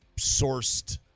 sourced